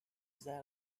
that